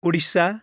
Odisha